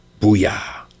booyah